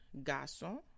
Garçon